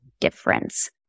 difference